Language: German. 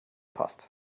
passt